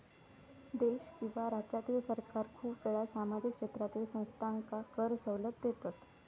देश किंवा राज्यातील सरकार खूप वेळा सामाजिक क्षेत्रातील संस्थांका कर सवलत देतत